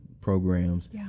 programs